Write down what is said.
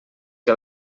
que